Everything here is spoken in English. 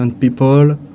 people